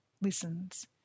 listens